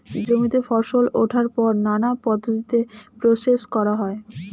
জমিতে ফসল ওঠার পর নানা পদ্ধতিতে প্রসেস করা হয়